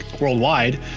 worldwide